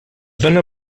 dóna